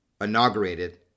inaugurated